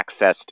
accessed